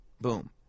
Boom